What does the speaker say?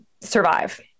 survive